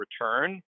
return